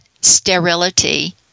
sterility